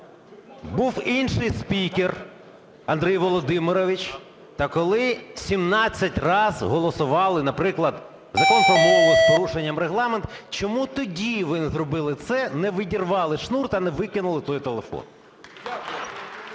був інший спікер – Андрій Володимирович, та коли 17 раз голосували, наприклад, Закон про мову з порушенням Регламенту? Чому тоді ви не зробили це, не відірвали шнур та викинули той телефон?